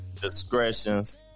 Discretions